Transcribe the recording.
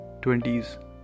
20s